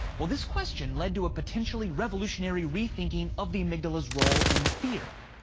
well, this question led to a potentially revolutionary rethinking of the amygdala's role in fear.